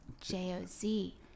J-O-Z